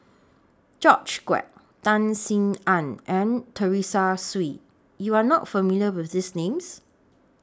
George Quek Tan Sin Aun and Teresa Hsu YOU Are not familiar with These Names